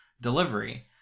delivery